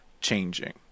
changing